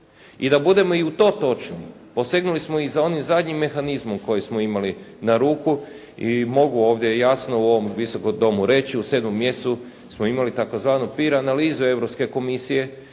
I da budemo i u to točni, posegnuli smo i za onim zadnjim mehanizmom koji smo imali na ruku i mogu ovdje jasno u ovom Visokom domu reći, u 7. mjesecu smo imali tzv. „pir“ analizu Europske komisije,